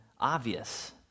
obvious